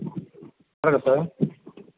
hello sir